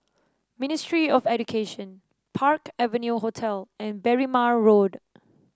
Ministry of Education Park Avenue Hotel and Berrima Road